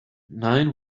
nine